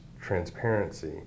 transparency